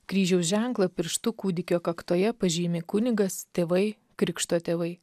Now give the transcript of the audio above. kryžiaus ženklą pirštu kūdikio kaktoje pažymi kunigas tėvai krikšto tėvai